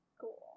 Cool